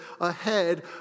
ahead